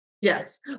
yes